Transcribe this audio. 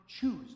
choose